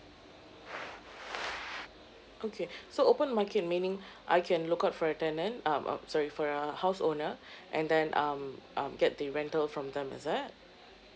okay so open market meaning I can look out for it and then um uh sorry for a house owner and then um um get the rental from them is it